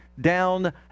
down